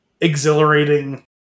exhilarating